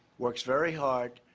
works very hard.